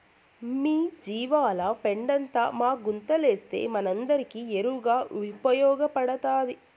మీ జీవాల పెండంతా మా గుంతలేస్తే మనందరికీ ఎరువుగా ఉపయోగపడతాది